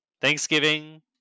Thanksgiving